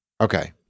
Okay